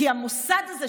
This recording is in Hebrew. כי המוסד הזה,